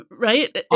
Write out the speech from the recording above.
right